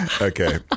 Okay